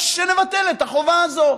אז נבטל את החובה הזאת.